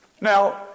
Now